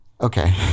Okay